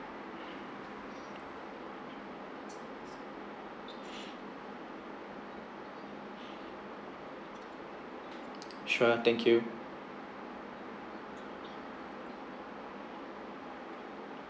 sure thank you